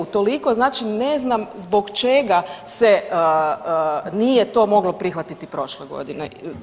Utoliko, znači ne znam zbog čega se nije to moglo prihvatiti prošle godine.